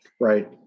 right